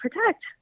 protect